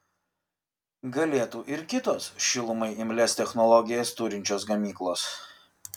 galėtų ir kitos šilumai imlias technologijas turinčios gamyklos